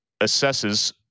assesses